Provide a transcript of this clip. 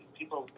people